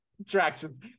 attractions